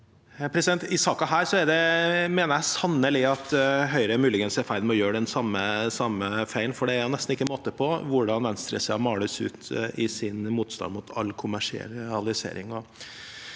saken mener jeg sannelig at Høyre muligens er i ferd med å gjøre den samme feilen, for det er nesten ikke måte på hvordan venstresiden males ut i sin motstand mot all kommersialisering.